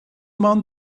man